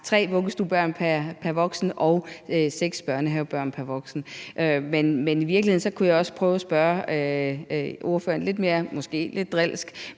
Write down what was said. vuggestuebørn pr. voksen og seks børnehavebørn pr. voksen. Men i virkeligheden kunne jeg måske også lidt drilsk